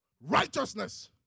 Righteousness